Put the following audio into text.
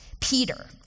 Peter